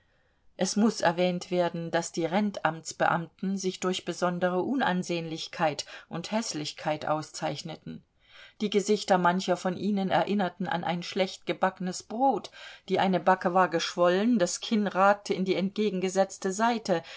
es muß erwähnt werden daß die rentamtsbeamten sich durch besondere unansehnlichkeit und häßlichkeit auszeichneten die gesichter mancher von ihnen erinnerten an ein schlecht gebackenes brot die eine backe war geschwollen das kinn ragte in die entgegengesetzte seite